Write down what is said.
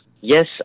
yes